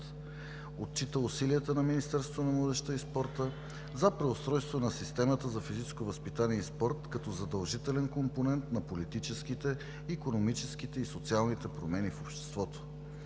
на младежта и спорта за преустройство на системата за физическо възпитание и спорт като задължителен компонент на политическите, икономическите и социалните промени в обществото.